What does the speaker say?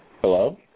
Hello